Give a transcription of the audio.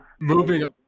Moving